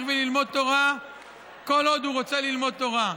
ללמוד תורה כל עוד הוא רוצה ללמוד תורה.